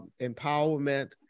empowerment